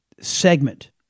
segment